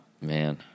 Man